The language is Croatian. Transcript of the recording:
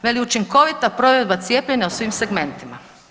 Veliki učinkovita provedba cijepljenja u svim segmentima.